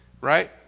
Right